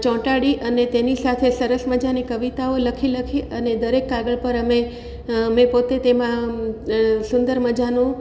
ચોંટાડી અને તેની સાથે સરસ મજાની કવિતાઓ લખી લખી અને દરેક કાગળ પર અમે મેં પોતે તેમાં સુંદર મજાનું